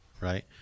right